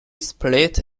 split